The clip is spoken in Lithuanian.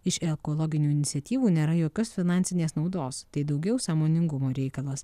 iš ekologinių iniciatyvų nėra jokios finansinės naudos tai daugiau sąmoningumo reikalas